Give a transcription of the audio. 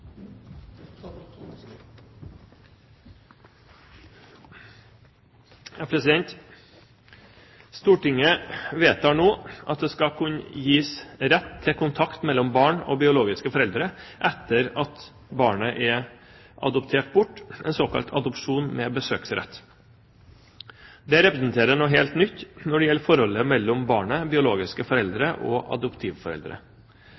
biologiske foreldre etter at barnet er adoptert bort, en såkalt adopsjon med besøksrett. Det representerer noe helt nytt når det gjelder forholdet mellom barnet, biologiske